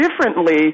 differently